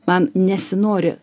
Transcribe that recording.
man nesinori